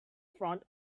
front